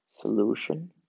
solution